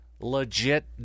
legit